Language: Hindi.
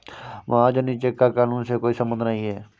महाजनी चेक का कानून से कोई संबंध नहीं है